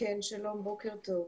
בוקר טוב.